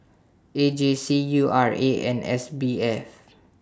A J C U R A and S B F